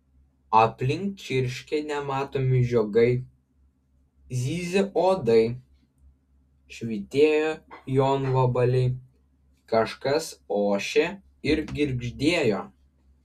aplink čirškė nematomi žiogai zyzė uodai švytėjo jonvabaliai kažkas ošė ir girgždėjo